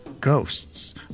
ghosts